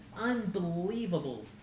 unbelievable